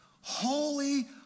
Holy